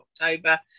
October